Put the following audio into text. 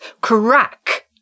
crack